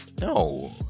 no